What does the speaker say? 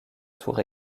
tours